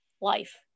life